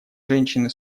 женщины